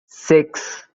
six